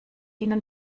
ihnen